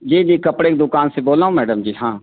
जी जी कपड़े की दुकान से बोल रहा हूँ मैडम जी हाँ